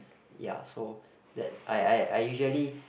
ya so that I I I usually